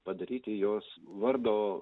padaryti jos vardo